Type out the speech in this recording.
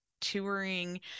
touring